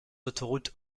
autoroutes